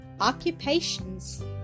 OCCUPATIONS